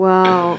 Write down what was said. Wow